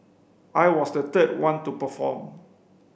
I was the third one to perform